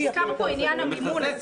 הוזכר פה עניין המימון.